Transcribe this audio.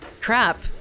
Crap